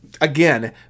again